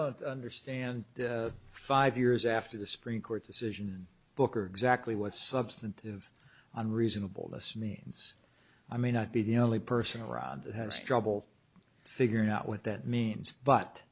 don't understand five years after the supreme court decision booker exactly what substantive on reasonable this means i may not be the only person in iran that has trouble figuring out what that means but